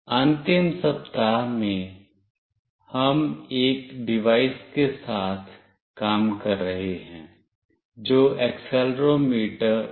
अंतिम सप्ताह में हम एक डिवाइस के साथ काम कर रहे हैं जो एक्सेलेरोमीटर है